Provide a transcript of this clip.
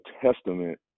Testament